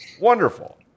wonderful